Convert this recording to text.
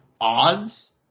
odds